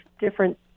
different